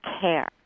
care